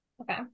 Okay